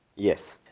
yes.